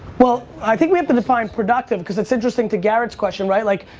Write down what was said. well, i think we have to define productive cause it's interesting to garrett's question, right? like,